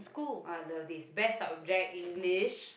!walao! this best subject English